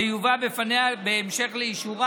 זה יובא בהמשך לאישורה.